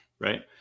right